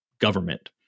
government